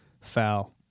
Foul